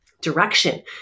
direction